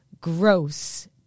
gross